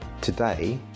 today